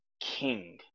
King